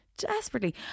Desperately